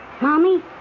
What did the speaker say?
Mommy